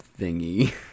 thingy